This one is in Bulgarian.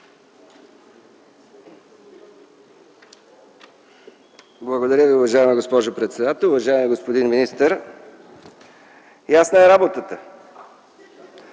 Благодаря Ви, уважаема госпожо председател. Уважаеми господин министър! Ясна е работата!